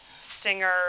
singer